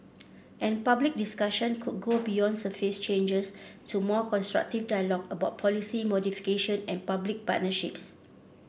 and public discussion could go beyond surface changes to more constructive dialogue about policy modification and public partnerships